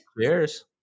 cheers